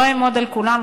לא אעמוד על כולן,